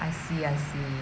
I see see